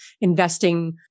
investing